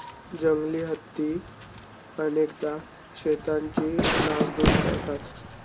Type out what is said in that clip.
जंगली हत्ती अनेकदा शेतांची नासधूस करतात